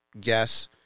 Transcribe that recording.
guess